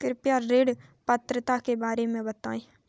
कृपया ऋण पात्रता के बारे में बताएँ?